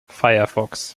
firefox